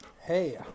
Hey